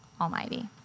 Almighty